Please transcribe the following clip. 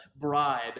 bribe